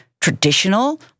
traditional